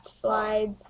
slides